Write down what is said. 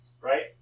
right